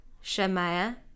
Shemaiah